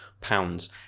pounds